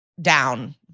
down